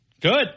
Good